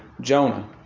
Jonah